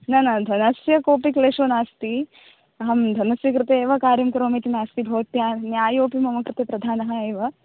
न न धनस्य कोऽपि क्लेशो नास्ति अहं धनस्य कृते एव कार्यं करोमि इति नास्ति भवत्या न्यायोपि मम कृते प्रधानः एव